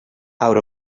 out